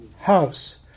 house